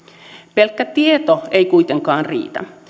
pelkkä tieto ei kuitenkaan riitä